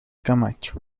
camacho